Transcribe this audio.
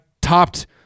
topped